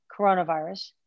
coronavirus